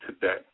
today